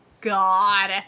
God